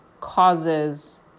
causes